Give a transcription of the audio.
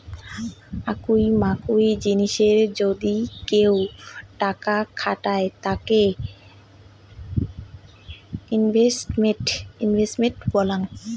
আকুই মাকুই জিনিসে যদি কেউ টাকা খাটায় তাকে ইনভেস্টমেন্ট বলাঙ্গ